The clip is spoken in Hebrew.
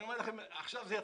אני אומר לכם, עכשיו זה יתחיל.